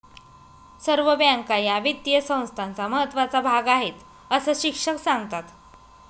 सर्व बँका या वित्तीय संस्थांचा महत्त्वाचा भाग आहेत, अस शिक्षक सांगतात